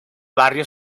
barrio